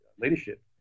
leadership